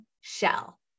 shell